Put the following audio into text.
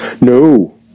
No